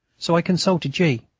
so i consulted g.